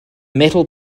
metal